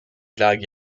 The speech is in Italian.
laghi